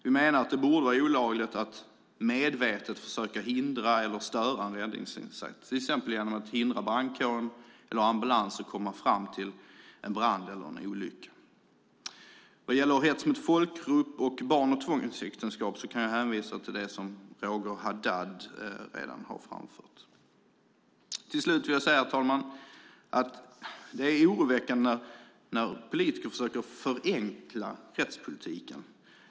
Vi menar att det borde vara olagligt att medvetet försöka hindra eller störa en räddningsinsats, till exempel genom att hindra brandkår eller ambulans att komma fram till en brand eller en olycka. Vad gäller hets mot folkgrupp och barn i tvångsäktenskap kan jag hänvisa till det som Roger Haddad redan har framfört. Till slut vill jag säga, herr talman, att det är oroväckande när politiker försöker förenkla rättspolitiken.